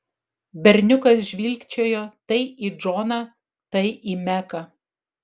berniukas žvilgčiojo tai į džoną tai į meką